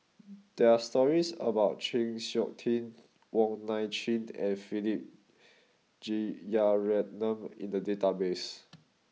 there are stories about Chng Seok Tin Wong Nai Chin and Philip Jeyaretnam in the database